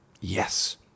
Yes